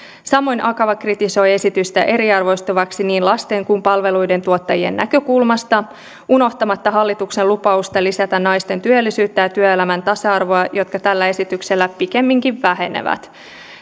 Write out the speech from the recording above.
samoin akava kritisoi esitystä eriarvoistavaksi niin lasten kuin palveluiden tuottajien näkökulmasta unohtamatta hallituksen lupausta lisätä naisten työllisyyttä ja työelämän tasa arvoa jotka tällä esityksellä pikemminkin vähenevät